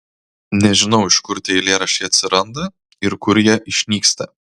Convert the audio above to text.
nežinau iš kur tie eilėraščiai atsiranda ir kur jie išnyksta